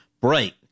bright